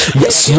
yes